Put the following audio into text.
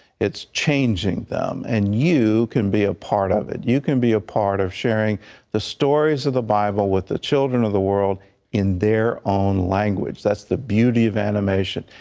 it's changing them. and india can be a part of it. you can be a part of sharing the stories of the bible with the children of the world in their own language. that's the beauty of animation.